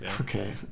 Okay